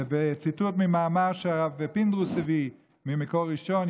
וציטוט ממאמר שהרב פינדרוס הביא ממקור ראשון,